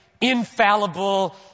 infallible